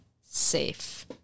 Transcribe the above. safe